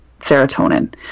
serotonin